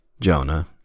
Jonah